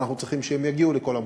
ואנחנו צריכים שהם יגיעו לכל המקומות,